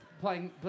playing